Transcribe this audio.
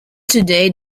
today